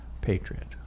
patriot